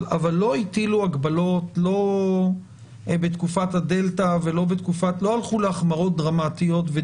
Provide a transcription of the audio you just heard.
אבל לא הטילו הגבלות ולא הלכו להחמרות דרמטיות בתקופת